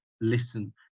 listen